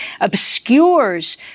obscures